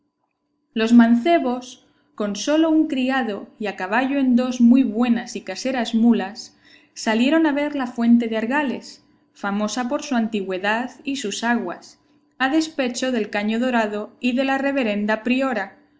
los mancebos con solo un criado y a caballo en dos muy buenas y caseras mulas salieron a ver la fuente de argales famosa por su antigüedad y sus aguas a despecho del caño dorado y de la reverenda priora